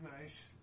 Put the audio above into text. Nice